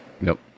Nope